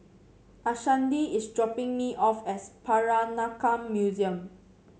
Ashanti is dropping me off at Peranakan Museum